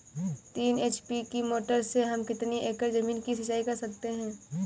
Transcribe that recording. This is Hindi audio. तीन एच.पी की मोटर से हम कितनी एकड़ ज़मीन की सिंचाई कर सकते हैं?